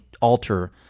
alter